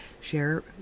Share